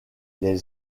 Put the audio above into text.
leurs